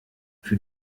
für